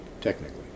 technically